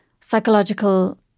psychological